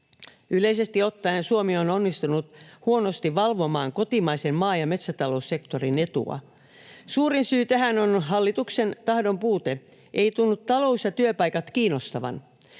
Yleisesti ottaen Suomi on onnistunut huonosti valvomaan kotimaisen maa- ja metsätaloussektorin etua. Suurin syy tähän on hallituksen tahdon puute. Ei tunnu talous ja työpaikat kiinnostavan.